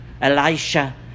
Elisha